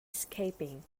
escaping